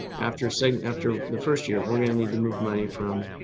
after saying after the first year, we're going to need to move money from